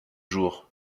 jours